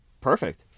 perfect